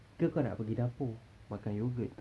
ke kau nak pergi dapur makan yogurt